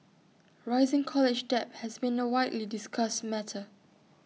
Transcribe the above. rising college debt has been A widely discussed matter